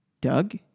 doug